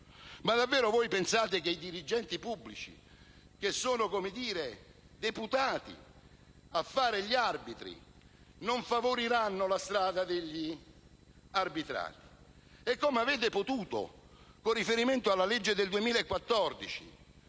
Ma davvero pensate che i dirigenti pubblici, che sono, come dire, deputati a fare gli arbitri, non favoriranno la strada degli arbitrati? Con riferimento alla legge del 2014,